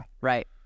Right